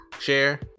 share